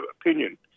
opinion